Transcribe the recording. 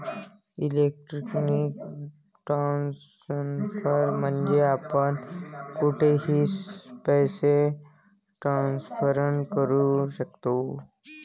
electronic transfer म्हणजे आपण कुठेही पैसे ट्रान्सफर करू शकतो